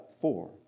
four